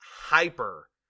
hyper